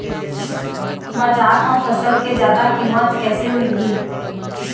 बजार म फसल के जादा कीमत कैसे मिलही?